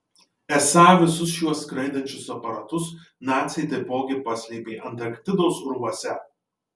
esą visus šiuos skraidančius aparatus naciai taipogi paslėpė antarktidos urvuose